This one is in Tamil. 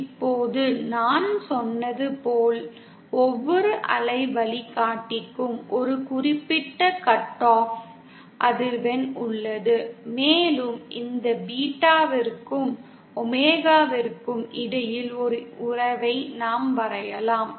இப்போது நான் சொன்னது போல் ஒவ்வொரு அலை வழிகாட்டிக்கும் ஒரு குறிப்பிட்ட கட் ஆஃப் அதிர்வெண் உள்ளது மேலும் இந்த பீட்டாவிற்கும் ஒமேகாவிற்கும் இடையில் ஒரு உறவை நாம் வரையலாம்